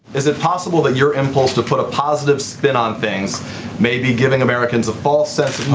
is it possible that your impulse to put a positive spin on things may be giving americans a false sense?